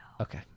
Okay